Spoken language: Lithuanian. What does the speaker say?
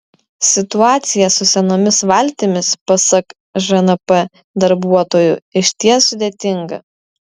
situacija su senomis valtimis pasak žnp darbuotojų išties sudėtinga